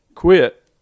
quit